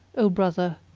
o brother,